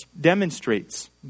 demonstrates